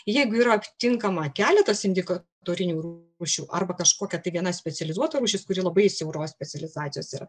jeigu yra tinkama keletas indika torinių rū rūšių arba kažkokia tai viena specializuota rūšis kuri labai siauros specializacijos yra